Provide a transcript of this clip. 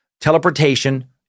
teleportation